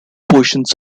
portions